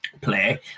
play